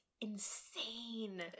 insane